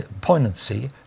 poignancy